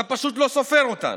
אתה פשוט לא סופר אותם.